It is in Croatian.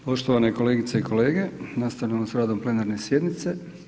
Poštovane kolegice i kolege nastavljamo s radom plenarne sjednice.